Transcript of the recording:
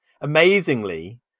amazingly